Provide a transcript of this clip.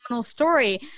story